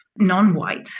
non-white